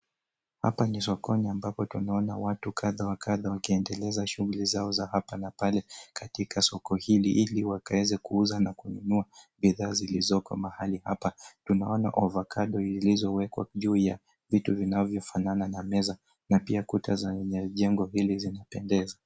Hapa ni sokoni ambapo tunaona watu kadha wa kadha wakiendeleza shughuli zao za hapa na pale katika soko hili ili wakaweze kuuza na kununua bidhaa zilizoko mahali hapa. Tunaona avocado zilizowekwa juu ya vitu vinavyofanana na meza na pia kuta za jengo hili zinapendeza.